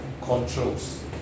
controls